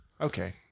Okay